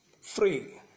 Free